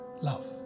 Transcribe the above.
Love